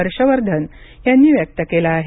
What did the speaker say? हर्षवर्धन यांनी व्यक्त केला आहे